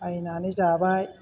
बायनानै जाबाय